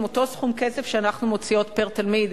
אותו סכום כסף שאנחנו מוציאים פר-תלמיד,